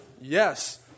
yes